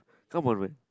come on man